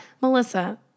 melissa